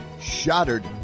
Shattered